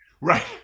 right